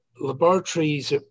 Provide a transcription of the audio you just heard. laboratories